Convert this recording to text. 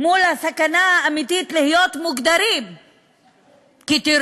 מול הסכנה האמיתית להיות מוגדרים כטרוריסטים.